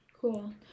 Cool